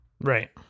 Right